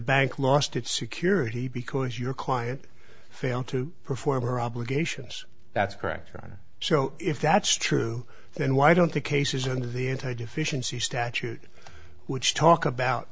bank lost its security because your client failed to perform her obligations that's correct don so if that's true then why don't the cases under the anti deficiency statute which talk about